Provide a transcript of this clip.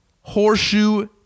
Horseshoe